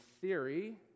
theory